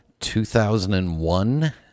2001